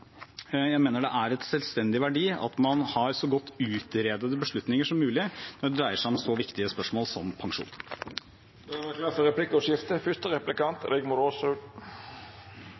man har så godt utredede beslutninger som mulig når de dreier seg om så viktige spørsmål som pensjon. Det vert replikkordskifte. Da Arbeiderpartiet deltok på det første